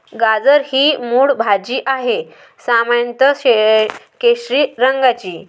गाजर ही मूळ भाजी आहे, सामान्यत केशरी रंगाची